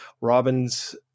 Robin's